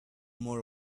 more